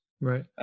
Right